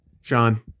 Sean